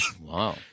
Wow